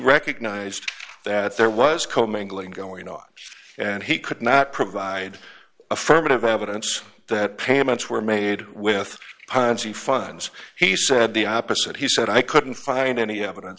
recognized that there was co mingling going on and he could not provide affirmative evidence that payments were made with funds he said the opposite he said i couldn't find any evidence